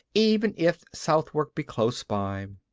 even if southwark be close by.